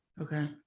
Okay